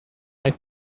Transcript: have